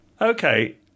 Okay